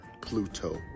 Pluto